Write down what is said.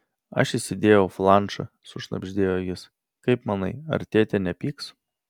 aš įsidėjau flanšą sušnabždėjo jis kaip manai ar tėtė nepyks